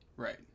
right